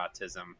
autism